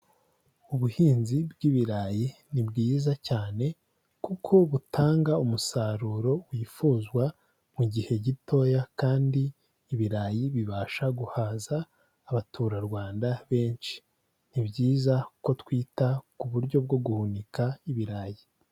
Ubuhinzi bw'ibirayi ni bwiza cyane kuko butanga umusaruro wifuzwa mu gihe gitoya kandi ibirayi bibasha guhaza abaturarwanda benshi. Ni byiza ko twita ku buryo bwo guhunika ibirayi.